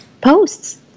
posts